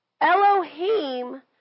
Elohim